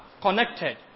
connected